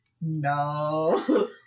no